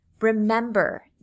remember